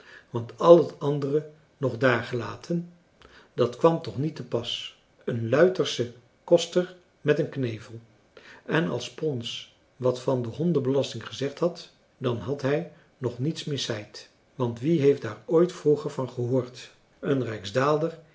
want al het andere nog daargelaten dat kwam toch niet te pas een luithersche koster met een knevel en als pons wat van de hondenbelasting gezegd had dan had hij nog niets miszeid want wie heeft daar ooit vroeger van gehoord een rijksdaalder